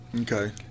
okay